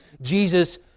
Jesus